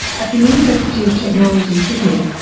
at the university of technology sydney,